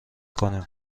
کنیم